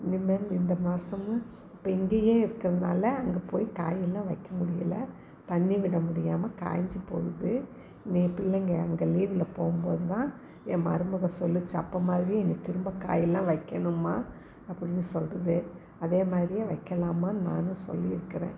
இனிமேல் இந்த மாதமும் இப்போ இங்கேயே இருக்கிறனால அங்கே போய் காயெல்லாம் வைக்க முடியலை தண்ணி விட முடியாமல் காஞ்சு போகுது என் பிள்ளைங்க அங்கே லீவில் போகும்போதுதான் என் மருமகள் சொல்லுச்சு அப்போ மாதிரியே இங்கே திரும்ப காயெல்லாம் வைக்கணும்மா அப்படின்னு சொல்லுது அதே மாதிரியே வைக்கலாம்மான்னு நானும் சொல்லியிருக்குறேன்